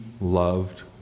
loved